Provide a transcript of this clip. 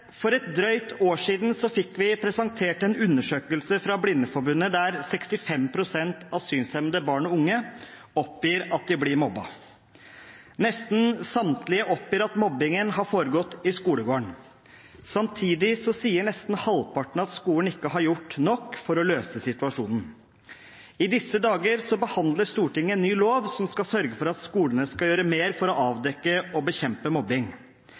For et drøyt år siden fikk vi presentert en undersøkelse fra Blindeforbundet der 65 pst. av synshemmede barn og unge oppgir at de blir mobbet. Nesten samtlige oppgir at mobbingen har foregått i skolegården. Samtidig sier nesten halvparten at skolen ikke har gjort nok for å løse situasjonen. I disse dager behandler Stortinget en ny lov som skal sørge for at skolene skal gjøre mer for å avdekke og bekjempe mobbing.